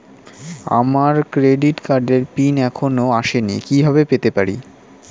আমার ক্রেডিট কার্ডের পিন এখনো আসেনি কিভাবে পেতে পারি?